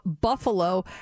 Buffalo